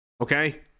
Okay